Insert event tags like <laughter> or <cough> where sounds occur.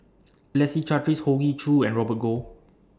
<noise> Leslie Charteris Hoey Choo and Robert Goh